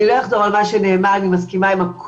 לא אחזור על מה שנאמר, אני מסכימה עם הכל